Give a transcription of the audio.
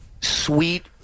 sweet